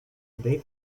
they